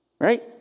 right